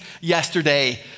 yesterday